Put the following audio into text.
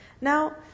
Now